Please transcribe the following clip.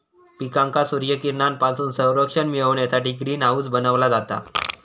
पिकांका सूर्यकिरणांपासून संरक्षण मिळण्यासाठी ग्रीन हाऊस बनवला जाता